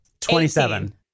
twenty-seven